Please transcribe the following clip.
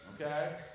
Okay